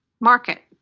market